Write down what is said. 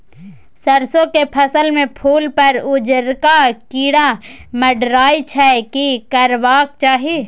सरसो के फसल में फूल पर उजरका कीरा मंडराय छै की करबाक चाही?